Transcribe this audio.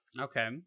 Okay